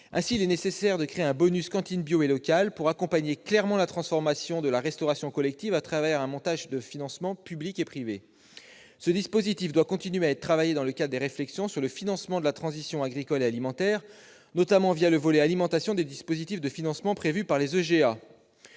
Nous souhaitons donc créer un « bonus cantines bio et locales » pour accompagner clairement la transformation de la restauration collective à travers un montage de financements publics et privés. Ce dispositif doit continuer à être travaillé dans le cadre des réflexions sur le financement de la transition agricole et alimentaire, notamment le volet alimentation des dispositifs de financement prévus par les